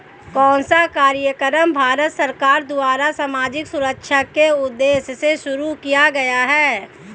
कौन सा कार्यक्रम भारत सरकार द्वारा सामाजिक सुरक्षा के उद्देश्य से शुरू किया गया है?